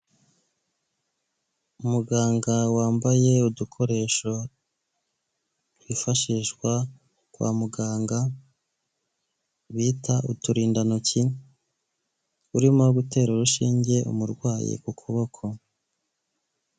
Umuganga wambaye udukoresho twifashishwa kwa muganga bita uturindantoki urimo gutera urushinge umurwayi ku kuboko.